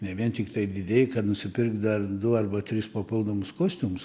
ne vien tiktai didėj kad nusipirk dar du arba tris papildomus kostiumus